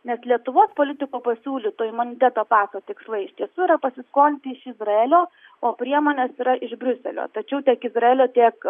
nes lietuvos politikų pasiūlyto imuniteto paso tikslai iš tiesų yra pasiskolinti iš izraelio o priemonės yra iš briuselio tačiau tiek izraelio tiek